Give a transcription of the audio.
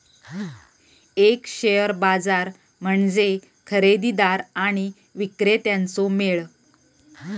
एक शेअर बाजार म्हणजे खरेदीदार आणि विक्रेत्यांचो मेळ